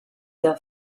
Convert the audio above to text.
der